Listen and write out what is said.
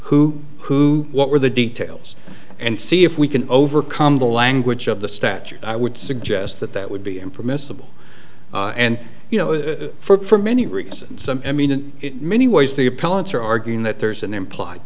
who who what were the details and see if we can overcome the language of the statute i would suggest that that would be impermissible and you know it for many reasons some i mean it many ways the appellants are arguing that there's an implied